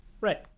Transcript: right